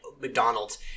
McDonald's